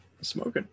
smoking